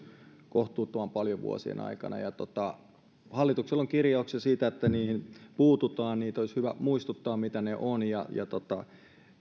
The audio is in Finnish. kohtuuttoman paljon vuosien aikana hallituksella on kirjauksia siitä että niihin puututaan ja olisi hyvä muistuttaa mitä ne ovat ja kertoa